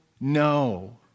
no